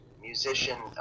musician